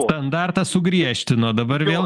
standartą sugriežtino dabar vėl